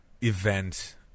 event